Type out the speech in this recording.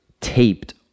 taped